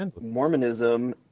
Mormonism